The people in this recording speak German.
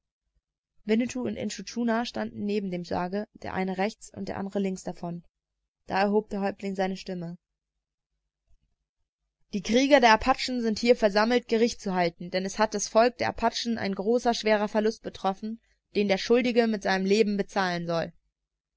winnetou und intschu tschuna standen neben dem sarge der eine rechts und der andere links davon da erhob der häuptling seine stimme die krieger der apachen sind hier versammelt gericht zu halten denn es hat das volk der apachen ein großer schwerer verlust betroffen den der schuldige mit seinem leben bezahlen soll